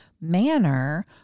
manner